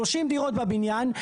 שלושים דירות בבניין.